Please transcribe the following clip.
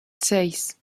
seis